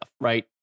right